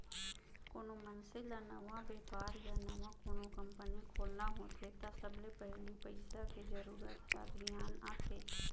कोनो मनसे ल नवा बेपार या नवा कोनो कंपनी खोलना होथे त सबले पहिली पइसा के जरूरत ह धियान आथे